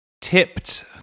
tipped